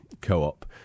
co-op